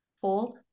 fold